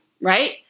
Right